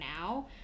now